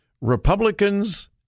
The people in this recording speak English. Republicans